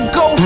go